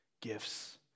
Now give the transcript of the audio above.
gifts